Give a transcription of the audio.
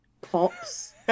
pops